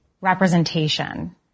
representation